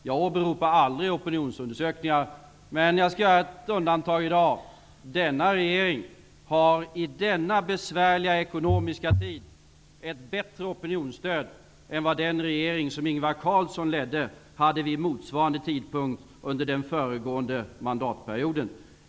Jag åberopar aldrig opinionsundersökningar, men jag skall göra ett undantag i dag: Denna regering har i denna besvärliga ekonomiska tid ett bättre opinionsstöd än vad den regering som Ingvar Carlsson ledde hade vid motsvarande tidpunkt under den förra mandatperioden.